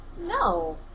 No